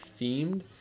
themed